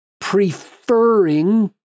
preferring